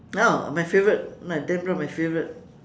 oh my favorite dan brown my favorite